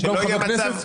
שהוא גם חבר כנסת?